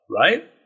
right